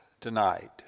tonight